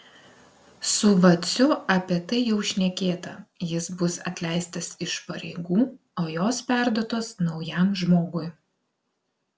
su vaciu apie tai jau šnekėta jis bus atleistas iš pareigų o jos perduotos naujam žmogui